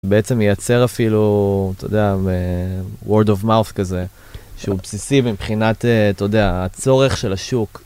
בעצם מייצר אפילו, אתה יודע, word of mouth כזה, שהוא בסיסי מבחינת, אתה יודע, הצורך של השוק.